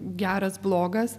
geras blogas